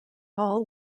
hall